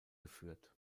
geführt